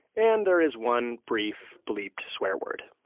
and there is one brief, bleeped swear word